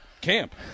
camp